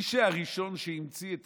הראשון שהמציא את